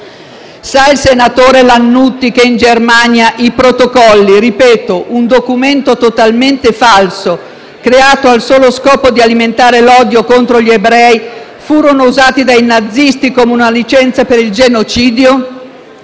Sa il senatore Lannutti che in Germania i «Protocolli» - ripeto, un documento totalmente falso, creato al solo scopo di alimentare l'odio contro gli ebrei - furono usati dai nazisti come una licenza per il genocidio?